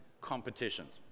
competitions